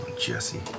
Jesse